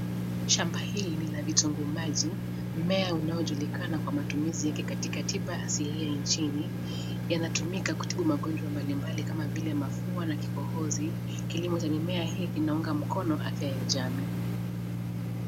Shamba hili ni la vitunguu maji, mmea unaojulikana kwa matumizi yake katika tiba asili ya nchini, yanatumika kutibu magonjwa mbalimbali kama vile mafua na kikohozi, kilimo cha mimea hii kinaunga mkono afya ya jamii.